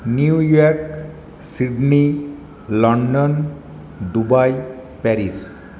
new York Sydney London Dubai Paris